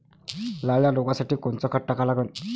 लाल्या रोगासाठी कोनचं खत टाका लागन?